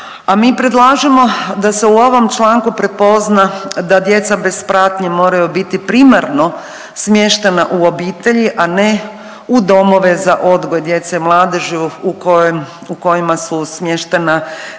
a mi predlažemo da se u ovom članku prepozna da djeca bez pratnje moraju biti primarno smještena u obitelji, a ne u domove za odgoje djece i mladeži u kojim, u kojima su smještena